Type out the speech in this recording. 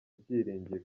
byiringiro